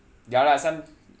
ya lah some